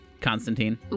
Constantine